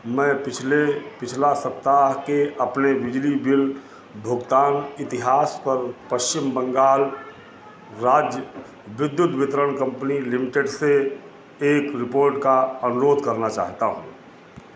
मैं पिछले पिछला सप्ताह के अपने बिजली बिल भुगतान इतिहास पर पश्चिम बंगाल राज्य विद्युत वितरण कंपनी लिमिटेड से एक रिपोर्ट का अनुरोध करना चाहता हूँ